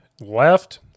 left